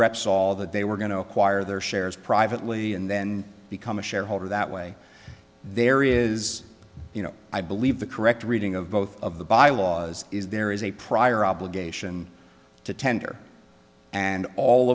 repsol that they were going to acquire their shares privately and then become a shareholder that way there is you know i believe the correct reading of both of the bylaws is there is a prior obligation to tender and all